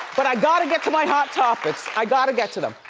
but i gotta get to my hot topics, i gotta get to them.